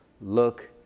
look